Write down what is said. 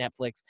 netflix